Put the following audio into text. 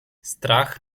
strach